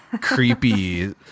creepy